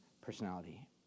personality